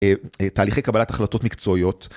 תהליכי קבלת החלטות מקצועיות.